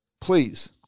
please